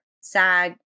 SAG